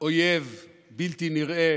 אויב בלתי נראה,